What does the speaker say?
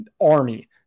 Army